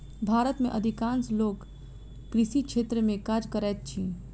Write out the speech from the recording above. भारत में अधिकांश लोक कृषि क्षेत्र में काज करैत अछि